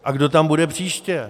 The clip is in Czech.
A kdo tam bude příště?